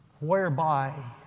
whereby